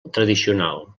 tradicional